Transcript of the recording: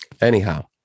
anyhow